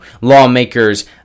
Lawmakers